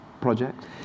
project